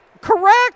Correct